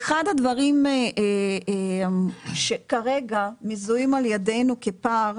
אחד הדברים שכרגע מזוהים על ידנו כפער